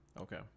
okay